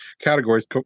categories